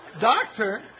Doctor